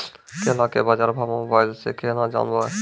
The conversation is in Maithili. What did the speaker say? केला के बाजार भाव मोबाइल से के ना जान ब?